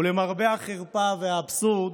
ולמרבה החרפה והאבסורד,